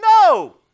No